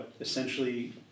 essentially